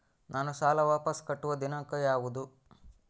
ನಾನು ಸಾಲ ವಾಪಸ್ ಕಟ್ಟುವ ದಿನಾಂಕ ಯಾವುದು?